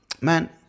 man